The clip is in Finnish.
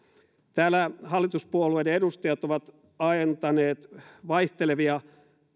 täällä hallituspuolueiden edustajat ovat antaneet vaihtelevia